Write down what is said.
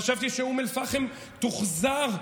חשבתי שאום אל-פחם תוחזר,